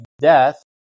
death